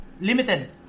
limited